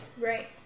right